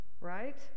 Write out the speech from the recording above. right